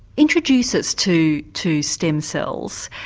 introduce us to to stem cells,